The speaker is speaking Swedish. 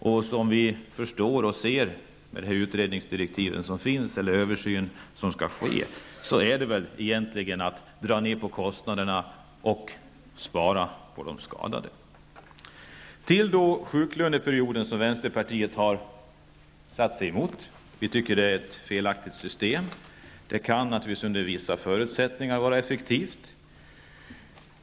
Såvitt jag förstår av direktiven till den översyn som skall ske handlar det om att man skall dra ned kostnaderna och spara på de skadade. Vänsterpartiet har gått emot införandet av en sjuklöneperiod. Vi anser att det är ett felaktigt system. Det kan naturligtvis under vissa förutsättningar vara effektivt.